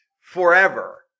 forever